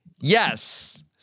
yes